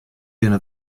binne